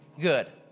good